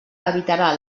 evitarà